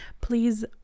please